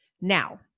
Now